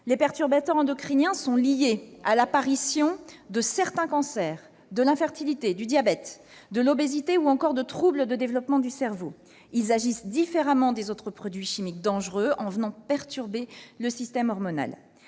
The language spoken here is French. Les perturbateurs endocriniens sont liés à l'apparition de certains cancers, de l'infertilité, du diabète, de l'obésité ou encore de troubles de développement du cerveau. Ils agissent différemment des autres produits chimiques dangereux, en venant perturber le système hormonal.